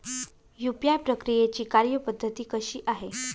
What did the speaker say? UPI प्रक्रियेची कार्यपद्धती कशी आहे?